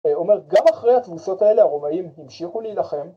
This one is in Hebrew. אומר גם אחרי התבוסות האלה הרומאים המשיכו להילחם